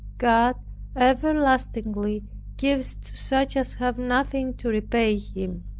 god everlastingly gives to such as have nothing to repay him.